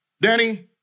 Danny